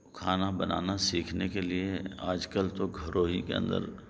کھانا بنانا سیکھنے کے لئے آج کل تو گھروں ہی کے اندر